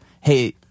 Hey